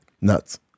Nuts